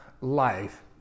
life